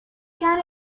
can